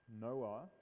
noah